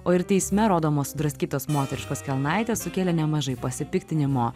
o ir teisme rodomos sudraskytos moteriškos kelnaitės sukėlė nemažai pasipiktinimo